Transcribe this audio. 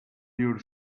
your